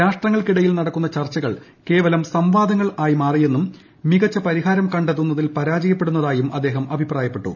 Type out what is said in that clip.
രാഷ്ട്രങ്ങൾക്കിടയിൽ നടക്കുന്ന ചർച്ചകൾ കേവലം സംവാദങ്ങൾ ആയി മാറിയെന്നും മികച്ച പരിഹാരം കണ്ടെത്തുന്നതിൽ ഇവ പരാജയപ്പെടുന്നതായും അദ്ദേഹം അഭിപ്രായപ്പെട്ടു